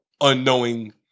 unknowing